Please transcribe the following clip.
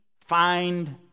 find